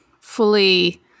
fully